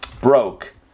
broke